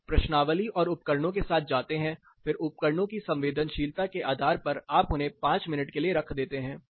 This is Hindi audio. आप प्रश्नावली और उपकरणों के साथ जाते हैं फिर उपकरणों की संवेदनशीलता के आधार पर आप उन्हें 5 मिनट के लिए रख देते हैं